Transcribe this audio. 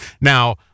Now